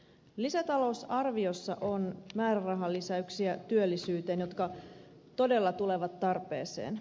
lisätalousarviossa on määrärahalisäyksiä työllisyyteen jotka todella tulevat tarpeeseen